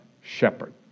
shepherd